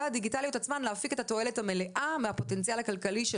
הדיגיטליות עצמן להפיק את התועלת המלאה מהפוטנציאל הכלכלי של